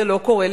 זה לא קורה,